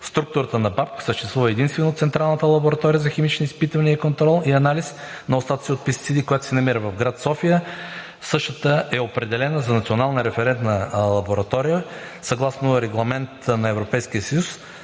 структурата на БАБХ съществува единствено Централната лаборатория за химични изпитвания, контрол и анализ на остатъци от пестициди, която се намира в град София. Същата е определена за Национална референтна лаборатория съгласно регламент на Европейския съюз,